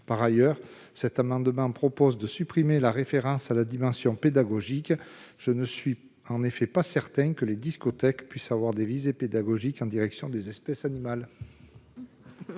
Par ailleurs, cet amendement vise à supprimer la référence à la « vocation pédagogique », car je ne suis pas certain que les discothèques puissent avoir des visées pédagogiques à l'encontre des espèces animales